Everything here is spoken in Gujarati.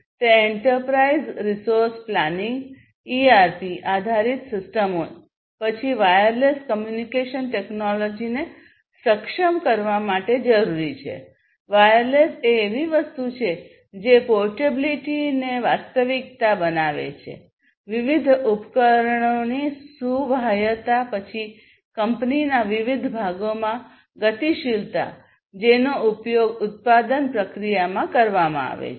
તે એન્ટરપ્રાઇઝ રિસોર્સ પ્લાનિંગ ઇઆરપી આધારિત સિસ્ટમો પછી વાયરલેસ કમ્યુનિકેશન ટેકનોલોજીને સક્ષમ કરવા માટે જરૂરી છે વાયરલેસ એ એવી વસ્તુ છે જે પોર્ટેબિલિટીને વાસ્તવિકતા બનાવે છે વિવિધ ઉપકરણોની સુવાહ્યતા પછી કંપનીના વિવિધ ભાગોમાં ગતિશીલતા જેનો ઉપયોગ ઉત્પાદન પ્રક્રિયામાં કરવામાં આવે છે